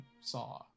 saw